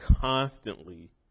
constantly